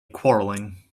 quarrelling